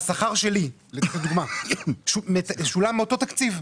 השכר שלי, לדוגמה, שולם מאותו תקציב.